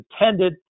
intended